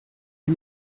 die